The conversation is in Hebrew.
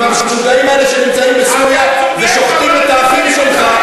אם המשוגעים האלה שנמצאים בסוריה ושוחטים את האחים שלך,